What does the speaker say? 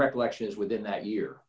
recollection within that year